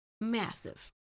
Massive